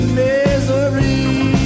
misery